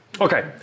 okay